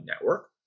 network